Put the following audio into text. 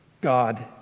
God